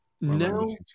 No